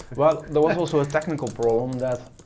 well, there was also a technical problem that